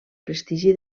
prestigi